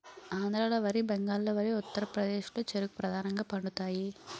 ఆంధ్రాలో వరి బెంగాల్లో వరి ఉత్తరప్రదేశ్లో చెరుకు ప్రధానంగా పండుతాయి